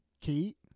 Kate